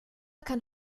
kann